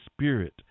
spirit